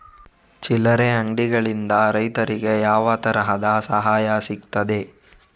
ಚಿಲ್ಲರೆ ಅಂಗಡಿಗಳಿಂದ ರೈತರಿಗೆ ಯಾವ ತರದ ಸಹಾಯ ಸಿಗ್ತದೆ?